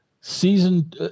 season